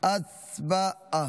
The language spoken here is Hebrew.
הצבעה.